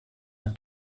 are